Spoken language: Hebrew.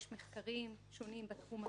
יש מחקרים שונים בתחום הזה,